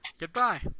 goodbye